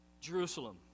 Jerusalem